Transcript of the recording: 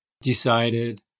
decided